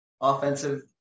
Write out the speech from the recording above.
offensive